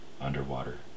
underwater